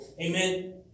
Amen